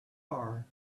are